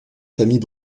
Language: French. famille